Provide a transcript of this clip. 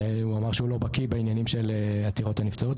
הוא אמר שהוא לא בקיא בעניינים של עתירות הנבצרות,